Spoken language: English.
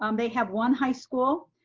um they have one high school.